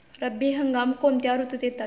रब्बी हंगाम कोणत्या ऋतूत येतात?